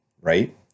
right